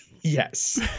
Yes